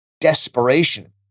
desperation